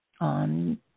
on